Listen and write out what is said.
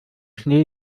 schnee